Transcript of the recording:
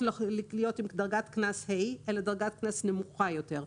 להיות בדרגת קנס ה' אלא בדרגת קנס נמוכה יותר.